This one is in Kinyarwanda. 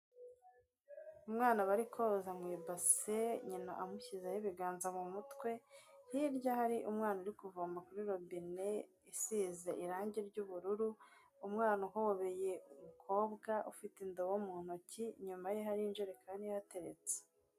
Umwana bari koza mu ibase, nyina amushyizeho ibiganza mu mutwe, hirya hari umwana uri kuvoma kuri robine isize irange ry'ubururu, umwana uhobeye umukobwa ufite indobo mu ntoki, inyuma ye hari injerekani ihateretse.